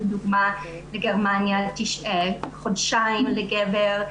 לדוגמה בגרמניה חודשיים לגבר,